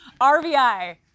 RBI